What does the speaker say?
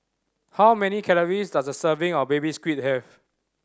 how many calories does a serving of Baby Squid have